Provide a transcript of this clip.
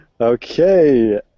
Okay